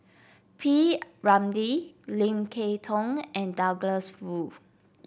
P Ramlee Lim Kay Tong and Douglas Foo